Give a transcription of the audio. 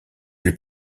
les